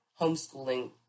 homeschooling